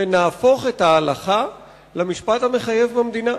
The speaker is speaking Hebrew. ונהפוך את ההלכה למשפט המחייב במדינה.